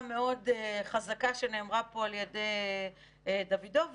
מאוד חזקה שנאמרה פה על ידי דוידוביץ',